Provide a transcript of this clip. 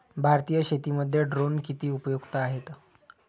भारतीय शेतीमध्ये ड्रोन किती उपयुक्त आहेत?